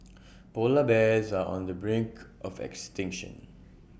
Polar Bears are on the brink of extinction